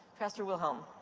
pastor wilhelm.